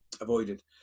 avoided